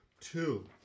two